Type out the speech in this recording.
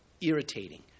irritating